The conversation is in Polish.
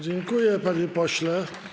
Dziękuję, panie pośle.